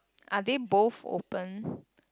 are they both open